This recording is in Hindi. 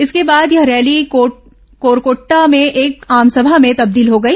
इसके बाद यह रैली कोरकोट्टा में एक आमसभा में तब्दील हो गई